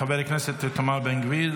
חברי הכנסת איתמר בן גביר,